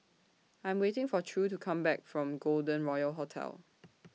I Am waiting For True to Come Back from Golden Royal Hotel